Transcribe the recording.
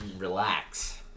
Relax